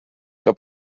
que